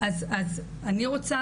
אז אני אומר.